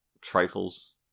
trifles